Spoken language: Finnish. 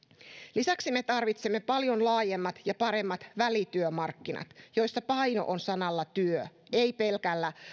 lisäksi me tarvitsemme paljon laajemmat ja paremmat välityömarkkinat joissa paino on sanalla työ ei pelkillä